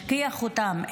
משכיח אותם,